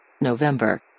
November